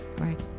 great